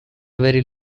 very